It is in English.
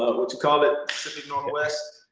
ah what you call it? pacific northwest.